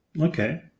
Okay